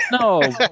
No